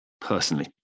personally